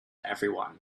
everyone